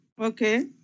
Okay